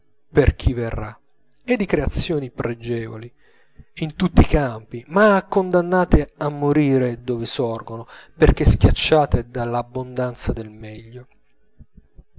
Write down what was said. per chi verrà e di creazioni pregevoli in tutti i campi ma condannate a morire dove sorgono perchè schiacciate dall'abbondanza del meglio